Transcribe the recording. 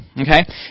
okay